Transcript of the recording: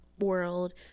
world